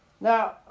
Now